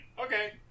Okay